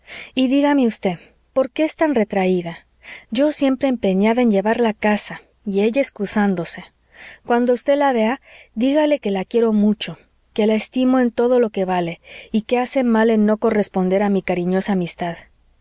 y dígame usted por qué es tan retraída yo siempre empeñada en llevarla a casa y ella excusándose cuando usted la vea dígale que la quiero mucho que la estimo en todo lo que vale y que hace mal en no corresponder a mi cariñosa amistad